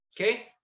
Okay